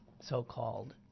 so-called